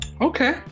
okay